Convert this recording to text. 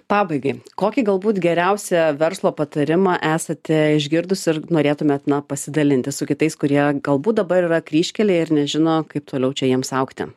pabaigai kokį galbūt geriausią verslo patarimą esate išgirdusi ir norėtumėt na pasidalinti su kitais kurie galbūt dabar yra kryžkelėje ir nežino kaip toliau čia jiems augti